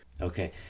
Okay